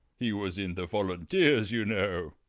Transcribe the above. he was in the volunteers, you know.